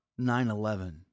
9-11